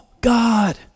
God